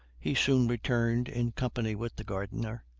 he soon returned, in company with the gardener,